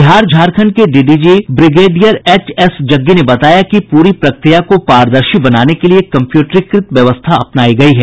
बिहार झारंखड के DDG brigadier H S Jaggi ने बताया कि प्ररी प्रक्रिया को पारदर्शी बनाने के लिए कम्प्यूटरीकृत व्यवस्था अपनायी गयी है